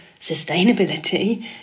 sustainability